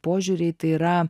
požiūriai tai yra